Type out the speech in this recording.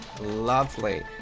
Lovely